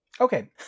Okay